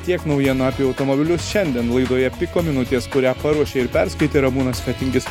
tiek naujienų apie automobilius šiandien laidoje piko minutės kurią paruošė ir perskaitė ramūnas fetingis